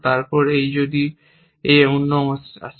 তারপর এই জন্য যদি আমরা এই অন্য আছে